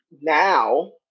now